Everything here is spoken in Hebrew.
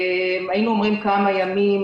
היינו אומרים כמה ימים,